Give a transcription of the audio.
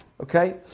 Okay